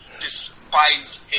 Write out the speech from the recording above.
despised